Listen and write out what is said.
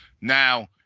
Now